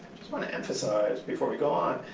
just want to emphasize, before we go on,